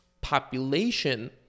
population